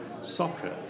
soccer